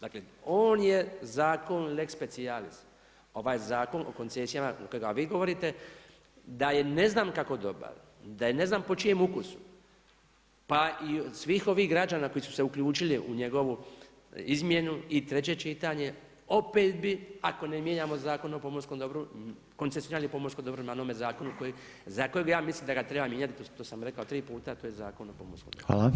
Dakle on je zakon lex specialis ovaj Zakon o koncesijama kojega vi govorite, da je ne znam kako dobar, da je ne znam po čijem ukusu pa i svih ovih građana koji su se uključili u njegovu izmjenu i treće čitanje opet bi ako ne mijenjamo Zakon o pomorskom dobru koncesionirali pomorsko dobro na onome zakonu za kojega ja mislim da ga treba mijenjati, to sam rekao tri puta, a to je Zakon o pomorskom dobru.